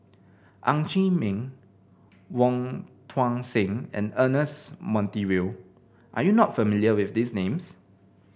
Ng Chee Meng Wong Tuang Seng and Ernest Monteiro are you not familiar with these names